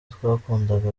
twakundaga